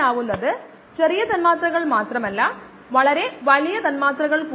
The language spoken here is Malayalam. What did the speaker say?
അല്ലെങ്കിൽ ഈ സാഹചര്യത്തിൽ മാസ്സിനെ നെറ്റ് റേറ്റ് കൊണ്ട് ഹരിക്കുന്നു